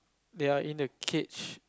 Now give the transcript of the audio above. they are in the cage